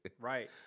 right